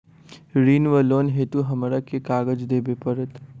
ऋण वा लोन हेतु हमरा केँ कागज देबै पड़त?